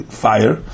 fire